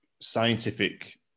scientific